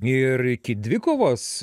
ir iki dvikovos